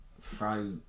throw